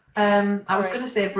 and i was going to say